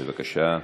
בבקשה.